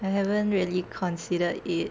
I haven't really consider it